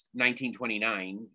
1929